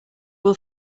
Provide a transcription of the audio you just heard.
will